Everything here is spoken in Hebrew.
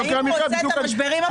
אני